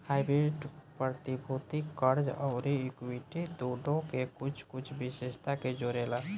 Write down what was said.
hybrid प्रतिभूति, कर्ज अउरी इक्विटी दुनो के कुछ कुछ विशेषता के जोड़ेला